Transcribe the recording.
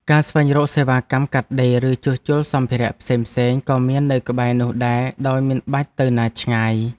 ការស្វែងរកសេវាកម្មកាត់ដេរ ឬជួសជុលសម្ភារៈផ្សេងៗក៏មាននៅក្បែរនោះដែរដោយមិនបាច់ទៅណាឆ្ងាយ។